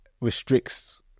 restricts